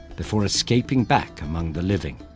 before escaping back among the living.